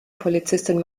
polizistin